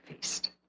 feast